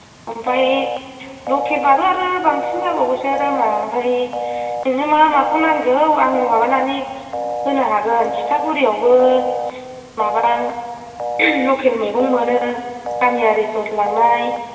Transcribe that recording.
ओमफाय लकेलबाबो आरो बांसिन जाबावोसो दामआ ओमफाय नोंनो मा माखौ नांगौ आं माबानानै होनो हागोन टिटागुरियावबो माबा लकेल मैगं मोनो गामियारिफोर लांनाय